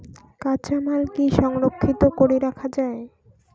কাঁচামাল কি সংরক্ষিত করি রাখা যায়?